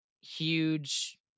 huge